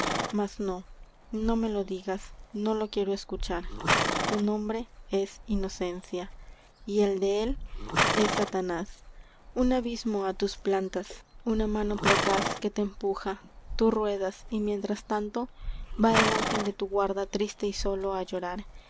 mas no no me no lo digas lo quiero escuchar es tu nombre inocencia co y el de él es satanás plantas un abismo á tus una mano procaz que te y empuja tú ruedas va mientras tanto el ángel de tu guarda solo á llorar